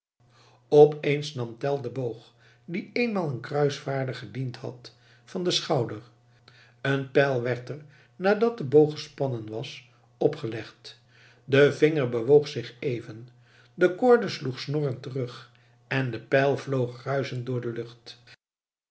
opeens nam tell den boog die eenmaal een kruisvaarder gediend had van den schouder een pijl werd er nadat de boog gespannen was op gelegd de vinger bewoog zich even de koorde sloeg snorrend terug en de pijl vloog ruischend door de lucht